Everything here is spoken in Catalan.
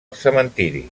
cementiri